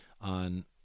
on